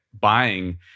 buying